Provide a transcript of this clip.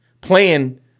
playing